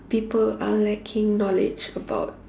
people are lacking knowledge about